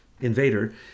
invader